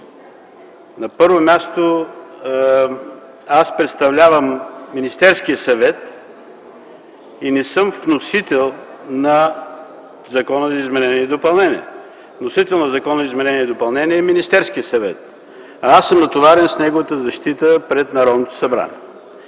На първо място, аз представлявам Министерския съвет и не съм вносител на закона за изменение и допълнение. Вносител на закона е Министерският съвет, а аз съм натоварен с неговата защита пред Народното събрание.